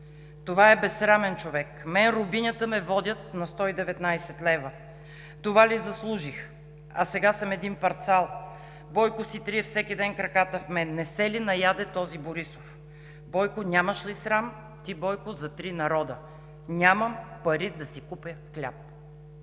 Това е безсрамен човек! Мен – робинята, ме водят на 119 лв. Това ли заслужих? А сега съм един парцал, Бойко си трие всеки ден краката в мен. Не се ли наяде този Борисов? Бойко, нямаш ли срам? Ти, Бойко, затри народа! Нямам пари да си купя хляб!“